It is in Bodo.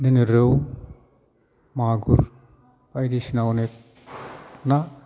बिदिनो रौ मागुर बायदिसिना अनेख ना